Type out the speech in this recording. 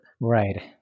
Right